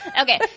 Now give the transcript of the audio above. Okay